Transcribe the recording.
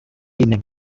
evening